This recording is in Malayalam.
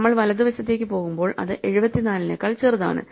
നമ്മൾ വലതുവശത്തേക്ക് പോകുമ്പോൾ അത് 74 നെക്കാൾ ചെറുതാണ്